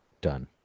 Done